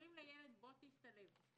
כשאומרים לילד: בוא תשתלב,